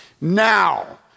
Now